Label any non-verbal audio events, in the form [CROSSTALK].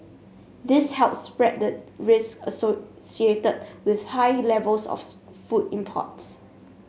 this helps spread the risks associated with high levels of [UNINTELLIGIBLE] food imports